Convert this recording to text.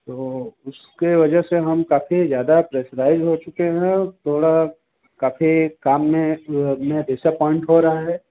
तो उसके वजह से हम काफी ज़्यादा प्रेशराइज़ हो चुके हैं और थोड़ा काफी काम में में डिसपॉइंट हो रहा है